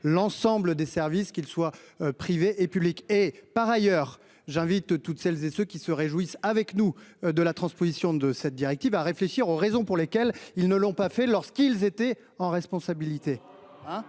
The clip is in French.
l'ensemble des services qu'ils soient privés et publics, et par ailleurs, j'invite toutes celles et ceux qui se réjouissent avec nous de la transposition de cette directive à réfléchir aux raisons pour lesquelles ils ne l'ont pas fait lorsqu'ils étaient en responsabilité.